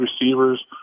receivers